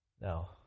no